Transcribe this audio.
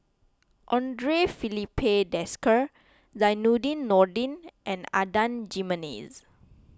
andre Filipe Desker Zainudin Nordin and Adan Jimenez